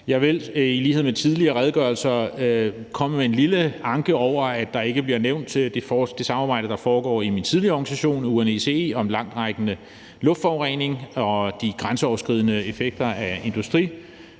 Jeg vil ligesom til tidligere redegørelser komme med en lille anke over, at der ikke bliver nævnt det samarbejde, der foregår i min tidligere organisation UNECE om langtrækkende luftforurening og de grænseoverskridende effekter af industriulykker.